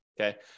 Okay